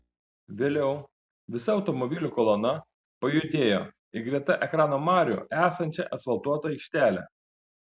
vėliau visa automobilių kolona pajudėjo į greta ekrano marių esančią asfaltuotą aikštelę